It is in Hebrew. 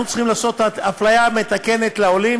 אנחנו צריכים לעשות אפליה מתקנת לעולים